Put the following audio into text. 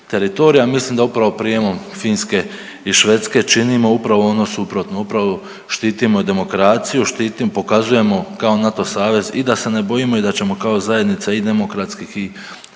teritorija. Mislim da upravo prijemom Finske i Švedske činimo upravo ono suprotno, upravo štitimo demokraciju, pokazujemo kao NATO savez i da se ne bojimo i da ćemo kao zajednica i demokratskih i